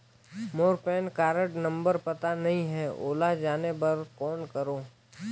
मोर PAN card number पता नहीं है, ओला जाने बर कौन करो?